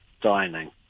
dining